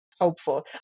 hopeful